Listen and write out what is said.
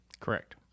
Correct